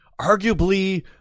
arguably